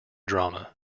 drama